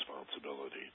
responsibility